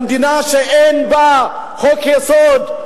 במדינה שאין בה חוק-יסוד,